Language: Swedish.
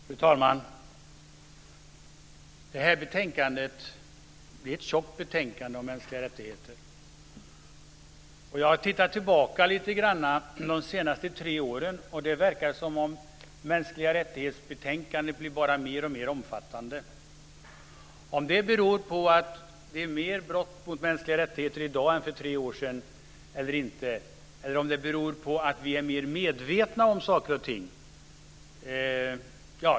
Fru talman! Det här betänkandet om mänskliga rättigheter är ett tjockt betänkande. Jag har tittat tillbaka på de senaste tre åren. Det verkar som om betänkandena om mänskliga rättigheter bara blir mer omfattande. Man kan fråga sig om det beror på att det begås fler brott mot mänskliga rättigheter i dag än för tre år sedan eller på att vi är mer medvetna om saker och ting.